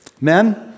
Men